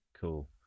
cool